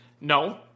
No